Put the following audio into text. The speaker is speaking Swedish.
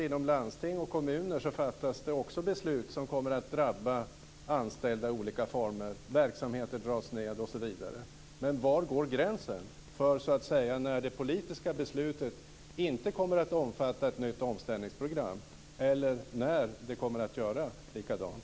Inom landsting och kommuner fattas det också beslut som kommer att drabba anställda i olika former, verksamheter dras ned osv. Var går gränsen för när det politiska beslutet inte kommer att omfatta ett nytt omställningsprogram och när det kommer att göra det?